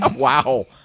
Wow